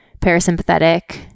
parasympathetic